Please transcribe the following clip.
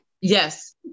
yes